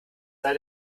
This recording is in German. sei